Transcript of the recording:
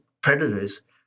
predators